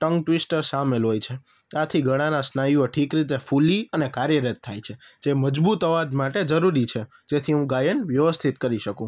tongue twister સામેલ હોય છે ત્યાંથી ગળાના સ્નાયુઓ ઠીક રીતે ફૂલી અને કાર્યરત થાય છે જે મજબૂત અવાજ માટે જરૂરી છે જેથી હું ગાયન વ્યવસ્થિત કરી શકું